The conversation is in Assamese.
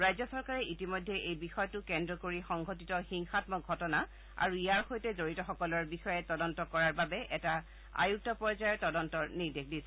ৰাজ্য চৰকাৰে ইতিমধ্যে এই বিষয়টোক কেন্দ্ৰ কৰি সংঘটিত হিংসামক ঘটনা আৰু ইয়াৰ সৈতে জড়িতসকলৰ বিষয়ে তদন্ত কৰাৰ বাবে এটা আয়ুক্ত পৰ্যায়ৰ নিৰ্দেশ দিছে